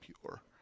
pure